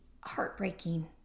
heartbreaking